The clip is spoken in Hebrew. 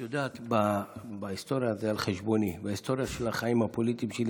את יודעת בהיסטוריה של החיים הפוליטיים שלי